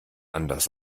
anders